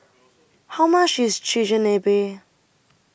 How much IS Chigenabe